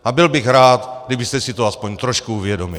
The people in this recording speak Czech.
A byl bych rád, kdybyste si to aspoň trošku uvědomil.